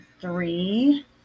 three